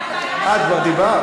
אה, כבר דיברת.